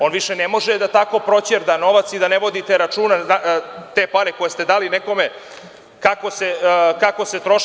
On više ne može da tako proćerda novac i da ne vodite računa, te pare koje ste dali nekome kako se troše.